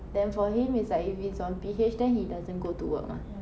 then for him it's like if it's on P_H then he doesn't go to work ah